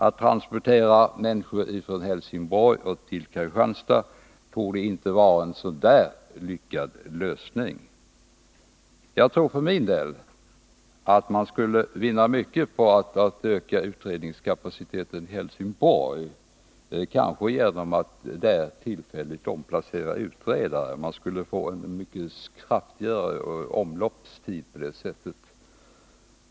Att transportera människor från Helsingborg upp till Kristianstad torde inte vara en särskilt lyckad lösning. Jag tror för min del att man skulle vinna mycket på att öka utredningskapaciteten i Helsingborg, kanske genom att där tillfälligt omplacera utredare. Man skulle på det sättet få en mycket snabbare omloppstid.